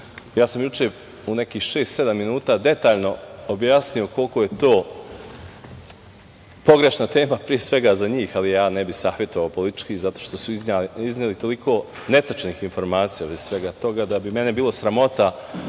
sam u nekih šest, sedam minuta detaljno objasnio koliko je to pogrešna tema, pre svega za njih, ali ja ne bih savetovao politički, zato što su izneli toliko netačnih informacija u vezi svega toga, da bi mene bilo sramota